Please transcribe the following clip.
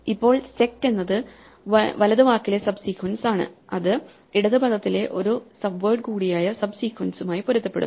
ഇപ്പോൾ sect എന്നത് വലത് വാക്കിലെ സബ് സീക്വൻസ് ആണ് ഇത് ഇടത് പദത്തിലെ ഒരു സബ്വേഡ് കൂടിയായ സബ് സീക്വൻസുമായി പൊരുത്തപ്പെടുന്നു